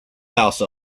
house